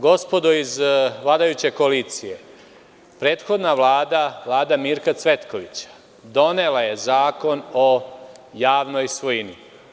Gospodo iz vladajuće koalicije, prethodna Vlada, Vlada Mirka Cvetkovića, donela ja Zakon o javnoj svojini.